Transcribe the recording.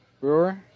Brewer